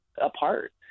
apart